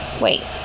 Wait